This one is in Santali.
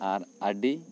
ᱟᱨ ᱟᱹᱰᱤ